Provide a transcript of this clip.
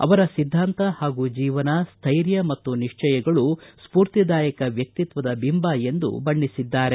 ಅವರ ಸಿದ್ದಾಂತ ಹಾಗೂ ಜೀವನ ಸ್ಟೈರ್ಯ ಮತ್ತು ನಿಶ್ವಯಗಳು ಸ್ಫೂರ್ತಿದಾಯಕ ವ್ಯಕ್ತಿತ್ತದ ಬಿಂಬ ಎಂದು ಬಣ್ಣಿಸಿದ್ದಾರೆ